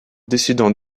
décidant